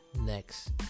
next